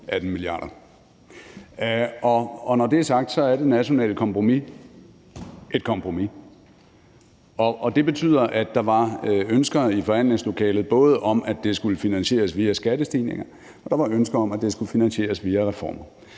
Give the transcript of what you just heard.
18 mia. kr. Og når det er sagt, er det nationale kompromis et kompromis. Og det betyder, at der var ønsker i forhandlingslokalet, både om, at det skulle finansieres via skattestigninger, og om, at det skulle finansieres via reformer.